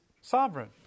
sovereign